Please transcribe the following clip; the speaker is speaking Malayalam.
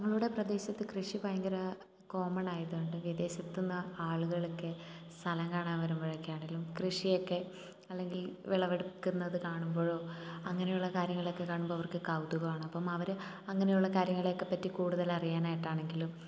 ഞങ്ങളുടെ പ്രദേശത്ത് കൃഷി ഭയങ്കര കോമൺ ആയതുകൊണ്ട് വിദേശത്തു നിന്ന് ആളുകളൊക്കെ സ്ഥലം കാണാൻ വരുമ്പോഴൊക്കെ ആണേലും കൃഷിയൊക്കെ അല്ലെങ്കിൽ വിളവെടുക്കുന്നത് കാണുമ്പോഴോ അങ്ങനെയുള്ള കാര്യങ്ങളൊക്കെ കാണുമ്പോൾ അവർക്ക് കൗതുകമാണ് അപ്പം അവർ അങ്ങനെയുള്ള കാര്യങ്ങളെയൊക്കെ പറ്റി കൂടുതൽ അറിയാൻ ആയിട്ടാണെങ്കിലും